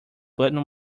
button